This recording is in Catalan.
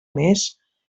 més